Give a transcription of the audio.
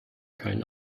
keinen